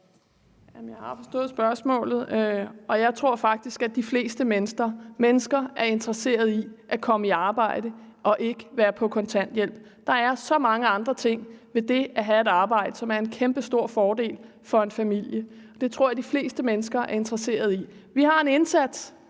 Jeg har forstået spørgsmålet, og jeg tror faktisk, at de fleste mennesker er interesseret i at komme i arbejde og ikke være på kontanthjælp. Der er så mange andre ting ved det at have et arbejde, som er en kæmpestor fordel for en familie. Det tror jeg de fleste mennesker er interesseret i. Vi har en indsats,